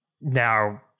now